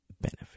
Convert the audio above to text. benefit